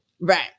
Right